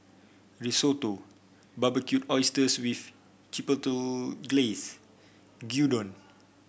Risotto Barbecued Oysters with Chipotle Glaze Gyudon